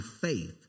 faith